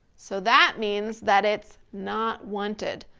so that means that it's not wanted.